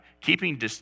keeping